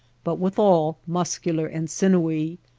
but withal muscular and sinewy.